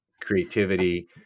creativity